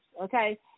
okay